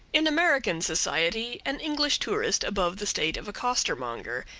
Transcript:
in american society, an english tourist above the state of a costermonger,